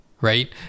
right